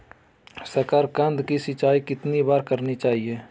साकारकंद की सिंचाई कितनी बार करनी चाहिए?